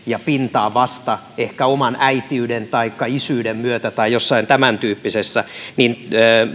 ja pintaan ehkä vasta oman äitiyden taikka isyyden myötä tai jossain tämäntyyppisessä